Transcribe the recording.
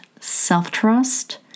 self-trust